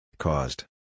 Caused